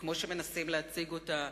כמו שמנסים להציג אותה.